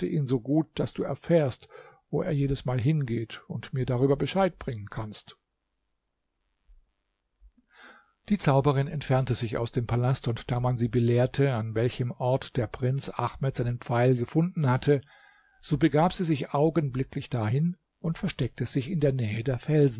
so gut daß du erfährst wo er jedesmal hingeht und mir darüber bescheid bringen kannst die zauberin entfernte sich aus dem palast und da man sie belehrte an welchem ort der prinz ahmed seinen pfeil gefunden hatte so begab sie sich augenblicklich dahin und versteckte sich in der nähe der felsen